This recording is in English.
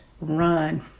run